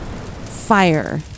fire